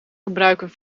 gebruiken